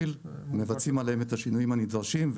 מבצעים עליהם את השינויים הנדרשים,